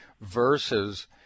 versus